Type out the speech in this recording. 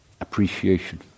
appreciation